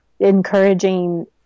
encouraging